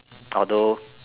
although